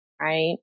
Right